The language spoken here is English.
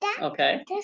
Okay